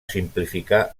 simplificar